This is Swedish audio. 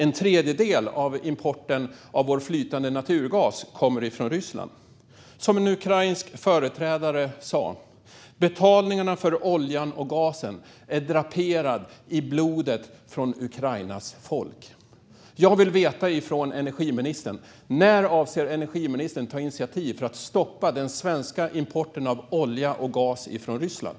En tredjedel av vår import av flytande naturgas kommer från Ryssland. Som en ukrainsk företrädare sa: Betalningen för oljan och gasen är draperad i blodet från Ukrainas folk. Jag vill veta när energiministern avser att ta initiativ för att stoppa den svenska importen av olja och gas från Ryssland.